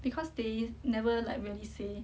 because they never like really say